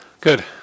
Good